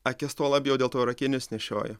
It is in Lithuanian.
akis tuo labiau dėl to ir akinius nešioju